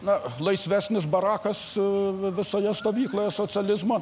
na laisvesnis barakas visoje stovykloje socializmo